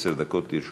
עשר דקות לרשותך.